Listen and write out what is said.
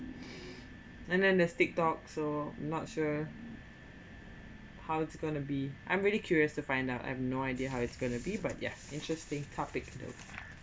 then this tiktok so not sure how it's gonna be I'm really curious to find out I have no idea how it's gonna be but yeah interesting topic though